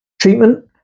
treatment